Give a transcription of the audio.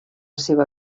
seva